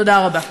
תודה רבה.